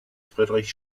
friedrich